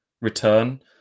return